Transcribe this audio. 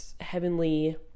heavenly